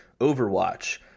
Overwatch